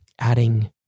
adding